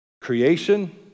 creation